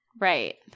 Right